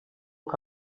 que